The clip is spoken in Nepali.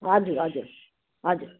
घर हजुर हजुर